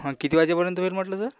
हं किती वाजेपर्यंत होईल म्हटलं सर